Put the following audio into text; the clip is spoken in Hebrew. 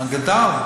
הוא גדל.